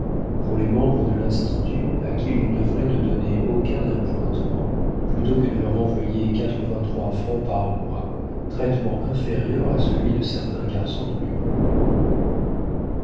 pour les membres de l'institut à qui l'on devrait ne donner aucun appointement plutôt que de leur envoyer quatre-vingt-trois francs par mois traitement inférieur à celui de certains garçons de bureau